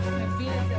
האגף מבין את זה,